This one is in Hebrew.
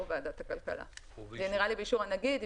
ועדת הכלכלה; זה נראה לי באישור הנגיד,